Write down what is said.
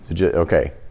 okay